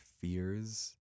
fears